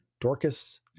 Dorcas